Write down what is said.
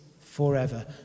forever